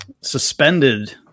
suspended